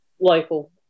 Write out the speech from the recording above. local